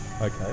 Okay